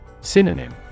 Synonym